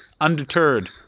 Undeterred